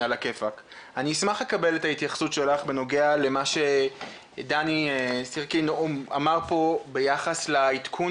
אני אשמח לקבל את ההתייחסות שלך בנוגע למה שדני סירקין אמר פה ביחס לעדכון